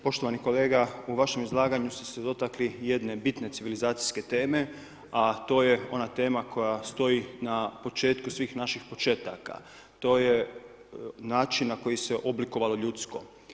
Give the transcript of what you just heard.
Poštovani kolega u vašem izlaganju ste se dotakli jedne bitne civilizacijske teme, a to je ona tema koja stoji na početku svih naših početaka, to je način na koji se oblikovalo ljudsko.